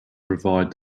provide